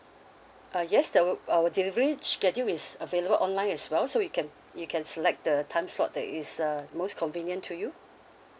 uh yes there were our delivery schedule is available online as well so you can you can select the time slot that is uh most convenient to you